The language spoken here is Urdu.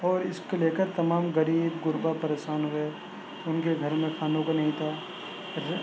اور اس کو لے کر تمام غریب غرباء پریشان ہوئے ان کے گھر میں کھانے کو نہیں تھا